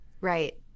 Right